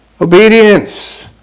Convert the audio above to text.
Obedience